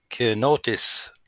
notice